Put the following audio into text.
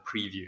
preview